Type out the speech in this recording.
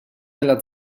nella